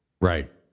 Right